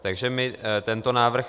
Takže my tento návrh